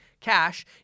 Cash